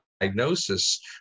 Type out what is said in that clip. diagnosis